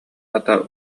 ата